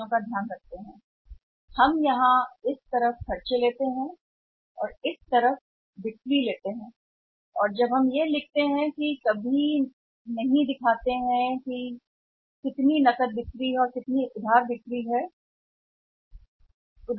हम इन खर्चों को यहां लेते हैं और इस बार हम इस तरफ जब हम लेते हैं तो बिक्री और बिक्री से लेते हैं हम बिक्री को कभी नहीं दिखाते हैं कि नकदी के आसपास कितनी बिक्री है और कितने बिक्री क्रेडिट पर हैं